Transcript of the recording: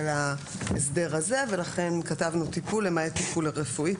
ההסדר הזה ולכן כתבנו טיפול למעט טיפול רפואי.